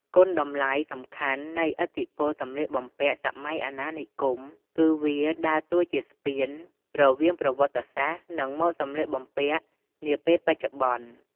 គុណតម្លៃសំខាន់នៃឥទ្ធិពលសម្លៀកបំពាក់សម័យអាណានិគម គឺវាដើរតួជាស្ពានរវាងប្រវត្តិសាស្ត្រ និង ម៉ូដសម្លៀកបំពាក់នាពេលបច្ចុបន្ន។